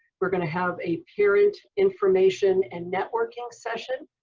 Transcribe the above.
we're going to have a parent information and networking session.